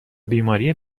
بیماری